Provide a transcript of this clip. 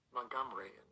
Montgomery